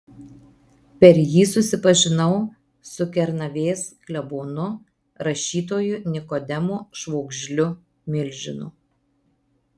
per jį susipažinau su kernavės klebonu rašytoju nikodemu švogžliu milžinu